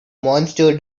monster